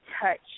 touch